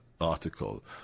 article